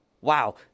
Wow